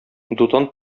дутан